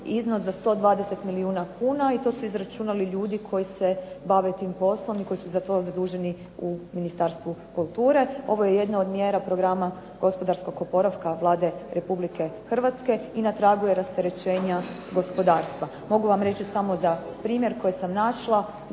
iznos za 120 milijuna kuna i to su izračunali ljudi koji se bave tim poslom i koji su za to zaduženi u Ministarstvu kulture. Ovo je jedna od mjera programa gospodarskog oporavka Vlade Republike Hrvatske i na tragu je rasterećenja gospodarstva. Mogu vam reći samo za primjer koji sam našla,